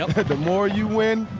the more you win,